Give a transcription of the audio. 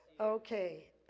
Okay